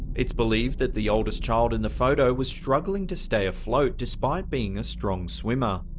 it's believed that the oldest child in the photo was struggling to stay afloat, despite being a strong swimmer.